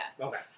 Okay